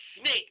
snake